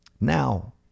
Now